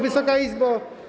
Wysoka Izbo!